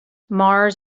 mars